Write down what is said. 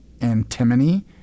antimony